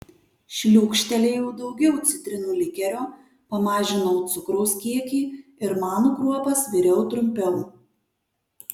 šliūkštelėjau daugiau citrinų likerio pamažinau cukraus kiekį ir manų kruopas viriau trumpiau